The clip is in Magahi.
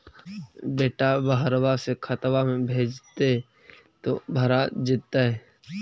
बेटा बहरबा से खतबा में भेजते तो भरा जैतय?